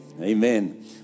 Amen